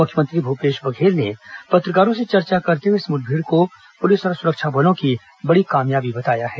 मुख्यमंत्री भूपेश बधेल ने पत्रकारों से चर्चा करते हुए इस मुठभेड़ को पुलिस और सुरक्षा बलों की बड़ी कामयाबी बताया है